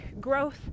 growth